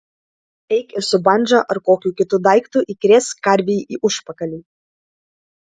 eik ir su bandža ar kokiu kitu daiktu įkrėsk karvei į užpakalį